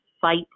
fight